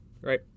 right